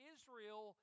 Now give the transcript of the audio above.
Israel